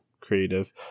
creative